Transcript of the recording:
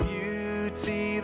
Beauty